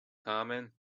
common